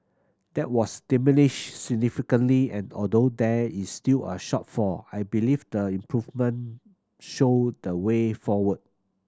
that was diminished significantly and although there is still a shortfall I believe the improvements show the way forward